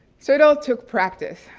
so it all took practice.